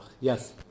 Yes